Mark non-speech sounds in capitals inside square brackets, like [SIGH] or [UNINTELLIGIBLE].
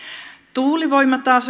tuulivoima taas [UNINTELLIGIBLE]